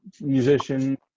musician